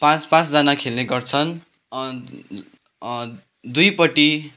पाँच पाँचजना खेल्ने गर्छन् दुईपट्टि